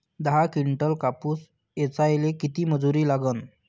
दहा किंटल कापूस ऐचायले किती मजूरी लागन?